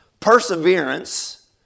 Perseverance